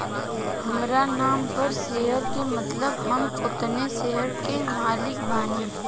हामरा नाम पर शेयर के मतलब हम ओतना शेयर के मालिक बानी